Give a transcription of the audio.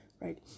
right